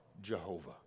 Jehovah